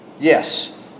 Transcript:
Yes